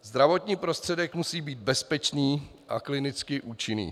Zdravotní prostředek musí být bezpečný a klinicky účinný.